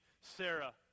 Sarah